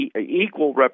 equal